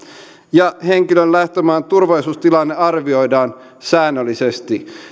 ja henkilön lähtömaan turvallisuustilanne arvioidaan säännöllisesti